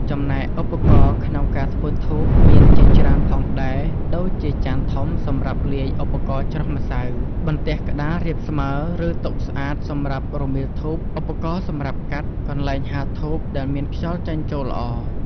ចំណែកឧបករណ៍ក្នុងការធ្វើធូបមានជាច្រើនផងដែរដូចជាចានធំសម្រាប់លាយឧបករណ៍ច្រោះម្សៅ បន្ទះក្តាររាបស្មើ ឬតុស្អាតសម្រាប់រមៀលធូប ឧបករណ៍សម្រាប់កាត់ កន្លែងហាលធូបដែលមានខ្យល់ចេញចូលល្អ។